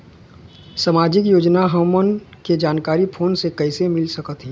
सामाजिक योजना हमन के जानकारी फोन से कइसे मिल सकत हे?